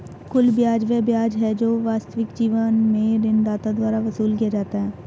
कुल ब्याज वह ब्याज है जो वास्तविक जीवन में ऋणदाता द्वारा वसूल किया जाता है